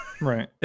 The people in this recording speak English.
Right